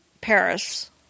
Paris